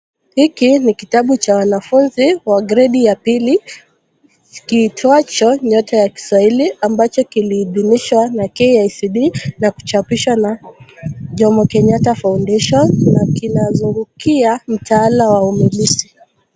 Hiki ni kitabu cha wanafunzi wa gredi ya pili kiitwacho Nyota ya Kiswahili ambacho kiliidhinishwa na KICD na kuchapishwa na Jomo Kenyatta Foundation na kinazungukia mtaala wa umiliki.